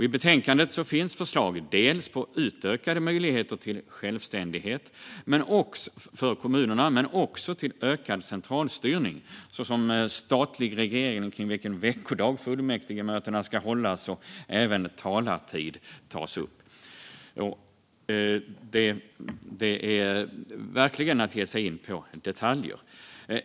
I betänkandet finns förslag dels på utökade möjligheter till självständighet för kommunerna, dels till ökad centralstyrning, såsom statlig reglering av vilken veckodag fullmäktigemöten ska hållas och även talartider. Det är verkligen att ge sig in på detaljer.